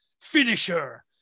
finisher